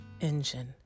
engine